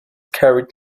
carried